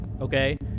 Okay